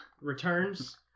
returns